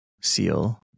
seal